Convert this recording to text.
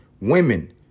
women